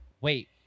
wait